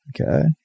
Okay